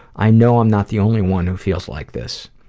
i know i'm not the only one who feels like this.